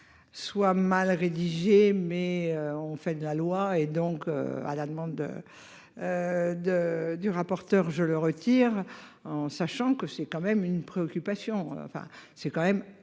Soit mal rédigé mais on fait de la loi et donc à la demande de. De du rapporteur je le retire en sachant que c'est quand même une préoccupation. Enfin c'est quand même absolument